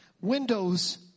windows